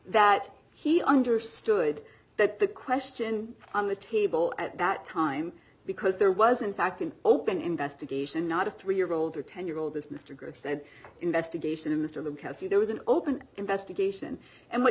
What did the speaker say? that he understood that the question on the table at that time because there wasn't fact an open investigation not a three year old or ten year old as mr gross said investigation to mr the because he there was an open investigation and what